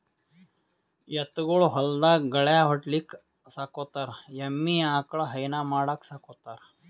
ಎತ್ತ್ ಗೊಳ್ ಹೊಲ್ದಾಗ್ ಗಳ್ಯಾ ಹೊಡಿಲಿಕ್ಕ್ ಸಾಕೋತಾರ್ ಎಮ್ಮಿ ಆಕಳ್ ಹೈನಾ ಮಾಡಕ್ಕ್ ಸಾಕೋತಾರ್